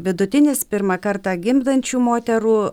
vidutinis pirmą kartą gimdančių moterų